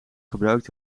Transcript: gebruikt